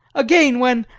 again, when,